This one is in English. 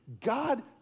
God